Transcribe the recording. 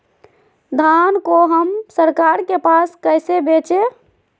धान को हम सरकार के पास कैसे बेंचे?